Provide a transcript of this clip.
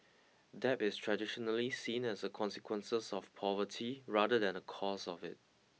debt is traditionally seen as a consequences of poverty rather than a cause of it